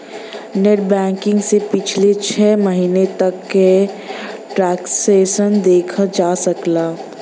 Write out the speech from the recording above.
net banking से पिछले छः महीने तक क ट्रांसैक्शन देखा जा सकला